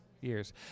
Years